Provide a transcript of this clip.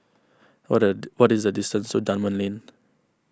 what at what is the distance to Dunman Lane